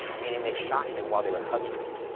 meaning they shot him while they were hugging him.